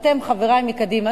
אתם, חברי מקדימה.